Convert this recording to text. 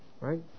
right